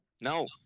No